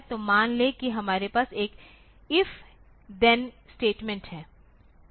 तो मान लें कि हमारे पास एक इफ थेन स्टेटमेंट है